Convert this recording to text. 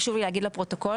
חשוב לי להגיד לפרוטוקול,